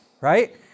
Right